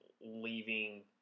leaving